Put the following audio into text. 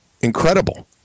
incredible